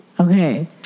Okay